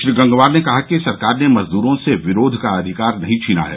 श्री गंगवार ने कहा कि सरकार ने मजदूरों से विरोध का अधिकार नहीं छीना है